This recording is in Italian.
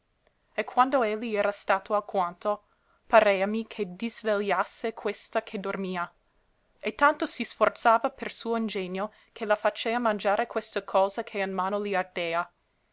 e quando elli era stato alquanto pareami che disvegliasse questa che dormia e tanto si sforzava per suo ingegno che la facea mangiare questa cosa che in mano li ardea